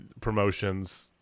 promotions